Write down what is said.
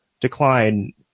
decline